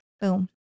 Boom